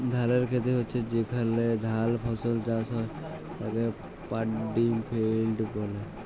ধালের খেত হচ্যে যেখলে ধাল ফসল চাষ হ্যয় তাকে পাড্ডি ফেইল্ড ব্যলে